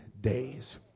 days